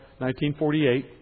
1948